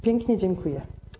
Pięknie dziękuję.